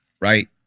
right